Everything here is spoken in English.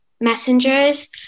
messengers